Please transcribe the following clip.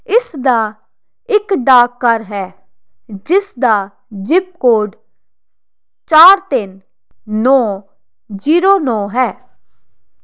ਇਸ ਦਾ ਇੱਕ ਡਾਕਘਰ ਹੈ ਜਿਸ ਦਾ ਜਿਪ ਕੋਡ ਚਾਰ ਤਿੰਨ ਨੌ ਜੀਰੋ ਨੌ ਹੈ